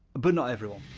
but not everyone.